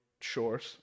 short